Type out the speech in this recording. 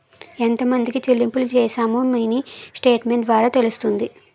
ఎంతమందికి చెల్లింపులు చేశామో మినీ స్టేట్మెంట్ ద్వారా తెలుస్తుంది